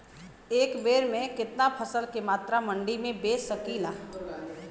एक बेर में कितना फसल के मात्रा मंडी में बेच सकीला?